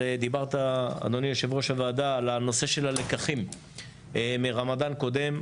דיברת אדוני יושב-ראש הוועדה על הנושא של הלקחים מרמדאן קודם,